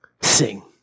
Sing